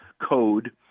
code